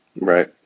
Right